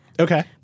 Okay